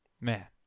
Man